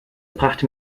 brachte